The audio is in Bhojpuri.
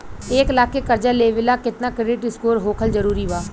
एक लाख के कर्जा लेवेला केतना क्रेडिट स्कोर होखल् जरूरी बा?